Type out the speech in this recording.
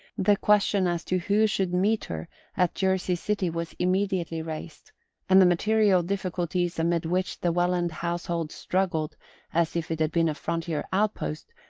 the question as to who should meet her at jersey city was immediately raised and the material difficulties amid which the welland household struggled as if it had been a frontier outpost,